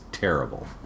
terrible